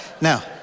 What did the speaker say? now